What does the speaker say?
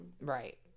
Right